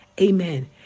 Amen